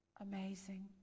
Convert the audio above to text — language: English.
amazing